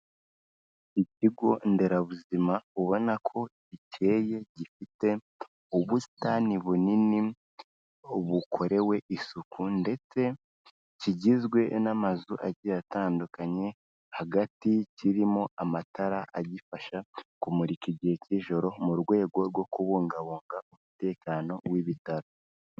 Ikigo nderabuzima, ubona ko gikeye, gifite ubusitani bunini bukorewe isuku, ndetse kigizwe n'amazu agiye atandukanye, hagati kirimo amatara agifasha kumurika igihe cy'ijoro, mu rwego rwo kubungabunga umutekano w'ibitaro.